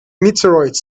meteorites